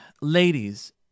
Ladies